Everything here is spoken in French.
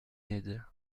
ned